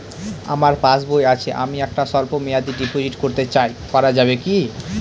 আমার পাসবই আছে আমি একটি স্বল্পমেয়াদি ডিপোজিট করতে চাই করা যাবে কি?